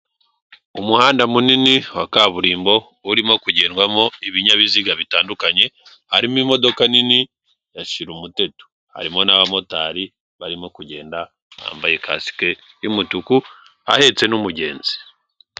Umuhanda munini wa kaburimbo, urimo kugendwamo ibinyabiziga bitandukanye, harimo imodoka nini ya shira umuteto, harimo n'abamotari barimo kugenda bambaye kasike y'umutuku ahetse n'umugenzi.